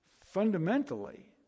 fundamentally